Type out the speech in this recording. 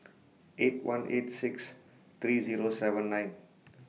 eight one eight six three Zero seven nine